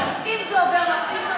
ואם זה לא עובר על החוק,